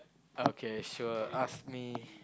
okay sure ask me